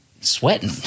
sweating